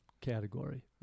category